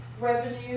Revenue